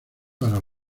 para